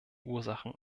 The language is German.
ursachen